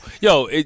yo